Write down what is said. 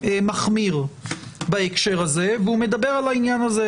מחמיר בהקשר הזה, והוא מדבר על העניין הזה.